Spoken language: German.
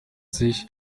sich